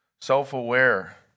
self-aware